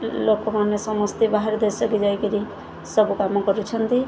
ଲୋକମାନେ ସମସ୍ତେ ବାହାର ଦେଶକୁ ଯାଇକିରି ସବୁ କାମ କରୁଛନ୍ତି